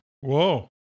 Whoa